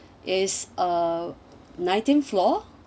is uh nineteenth floor